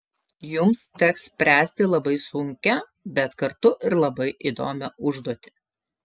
jums teks spręsti labai sunkią bet kartu ir labai įdomią užduotį